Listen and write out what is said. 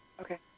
Okay